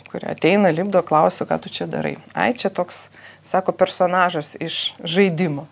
kurie ateina lipdo klausiu ką tu čia darai ai čia toks sako personažas iš žaidimo